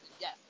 Yes